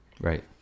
right